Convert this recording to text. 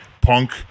punk